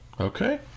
Okay